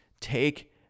Take